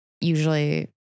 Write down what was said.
usually